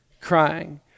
crying